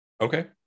Okay